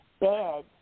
Bad